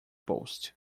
post